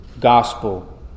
Gospel